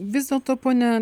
vis dėlto pone